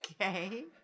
Okay